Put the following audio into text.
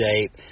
shape